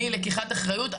מלקיחת אחריות.